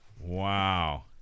Wow